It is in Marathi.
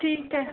ठीक आहे